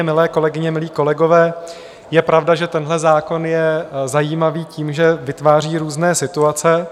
Milé kolegyně, milí kolegové, je pravda, že tenhle zákon je zajímavý tím, že vytváří různé situace.